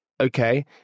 Okay